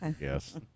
Yes